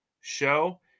show